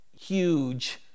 huge